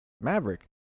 Maverick